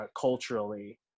culturally